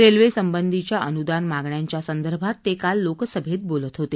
रेल्वेसंबंधीच्या अनुदान मागण्यांच्या संदर्भात ते काल लोकसभेत बोलत होते